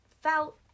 felt